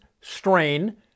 strain